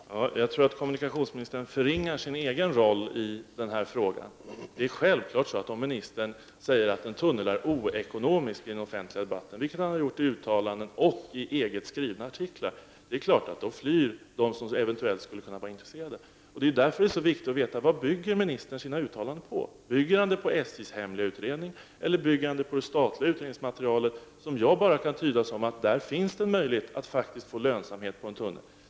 Herr talman! Jag tror att kommunikationsministern förringar sin egen roll i den här frågan. Om ministern i den offentliga debatten säger att en tunnel är ett ockonomiskt alternativ, vilket han har uttalat och även gett uttryck för i egna artiklar, flyr självfallet de som eventuellt skulle kunna vara intresserade. Därför är det så viktigt att få svar på följande frågor: Vad bygger ministern sina uttalanden på? Bygger ministern sina uttalanden på SJ:s hemliga utredning eller på det statliga utredningsmaterialet — vad gäller det senare kan jag bara tyda det så, att det faktiskt finns en möjlighet att få lönsamhet när det gäller tunnelalternativet.